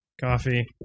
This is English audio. Coffee